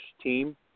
team